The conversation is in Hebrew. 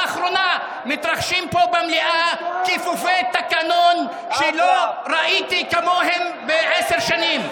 לאחרונה מתרחשים פה במליאה כיפופי תקנון שלא ראיתי כמוהם עשר שנים.